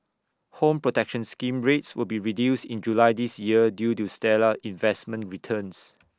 home protection scheme rates will be reduced in July this year due to stellar investment returns